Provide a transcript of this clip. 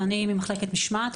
ואני ממחלקת משמעת,